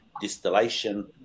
distillation